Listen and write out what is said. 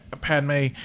padme